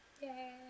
Yay